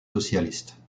socialistes